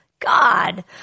God